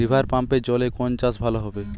রিভারপাম্পের জলে কোন চাষ ভালো হবে?